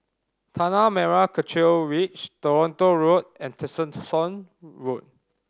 Tanah Merah Kechil Ridge Toronto Road and Tessensohn Road